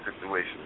situation